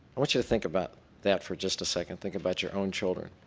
i want you to think about that for just a second. think about your own children.